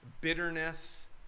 Bitterness